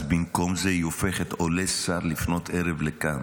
אז במקום זה היא הופכת, עולה שר לפנות ערב לכאן